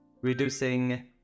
reducing